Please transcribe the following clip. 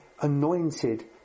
anointed